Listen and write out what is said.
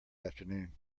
afternoon